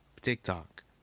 TikTok